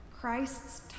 Christ's